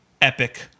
Epic